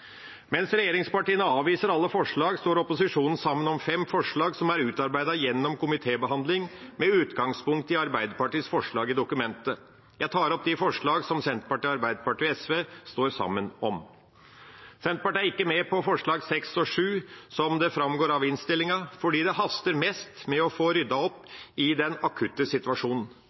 Mens regjeringspartiene avviser alle forslag, står opposisjonen sammen om fem forslag som er utarbeidet gjennom komitébehandling, med utgangspunkt i Arbeiderpartiets forslag i dokumentet. Jeg tar opp de forslag som Senterpartiet, Arbeiderpartiet og SV står sammen om. Senterpartiet er ikke med på forslagene nr. 6 og 7, som det framgår av innstillinga, fordi det haster mest med å få ryddet opp i den akutte situasjonen.